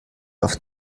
auf